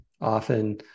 often